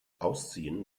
ausziehen